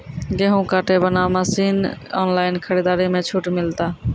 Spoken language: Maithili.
गेहूँ काटे बना मसीन ऑनलाइन खरीदारी मे छूट मिलता?